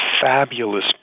fabulous